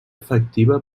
efectiva